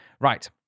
Right